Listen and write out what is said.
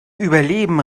überleben